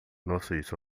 nossos